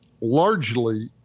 largely